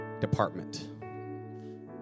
department